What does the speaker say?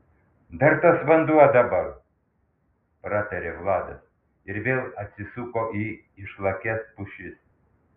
dar tas vanduo dabar pratarė vladas ir vėl atsisuko į išlakias pušis